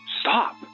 Stop